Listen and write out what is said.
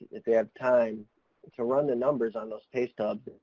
if they have time to run the numbers on those pay stubs,